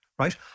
Right